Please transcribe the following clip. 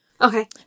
Okay